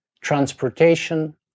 transportation